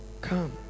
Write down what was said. come